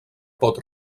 pot